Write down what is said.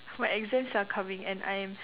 my exams are coming and I am